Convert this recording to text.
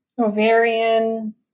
ovarian